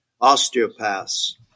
osteopaths